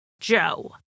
Joe